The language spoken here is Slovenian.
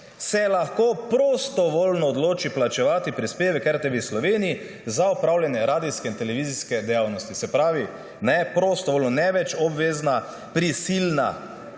»se lahko prostovoljno odloči plačevati prispevek RTV Sloveniji za opravljanje radijske in televizijske dejavnosti.« Se pravi prostovoljno, ne več obvezna prisilna